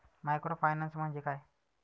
Microfinance म्हणजे काय?